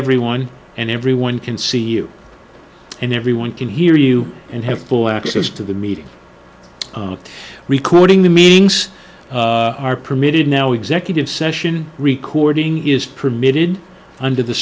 everyone and everyone can see you and everyone can hear you and have full access to the meeting recording the meetings are permitted now executive session recording is permitted under the